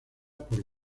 por